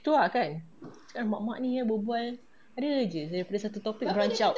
tu ah kan cakap mak-mak ni berbual ada jer daripada satu topic branch out